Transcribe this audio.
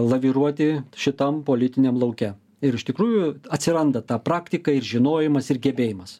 laviruoti šitam politiniam lauke ir iš tikrųjų atsiranda ta praktika ir žinojimas ir gebėjimas